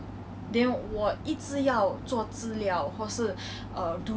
um 现在我也是有在做一个 internship